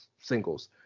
singles